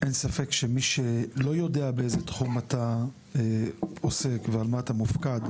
אין ספק שמי שלא יודע באיזה תחום אתה עוסק ועל מה אתה מופקד,